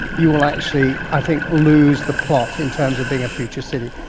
you will actually i think lose the plot in terms of being a future city.